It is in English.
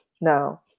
No